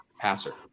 passer